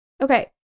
Okay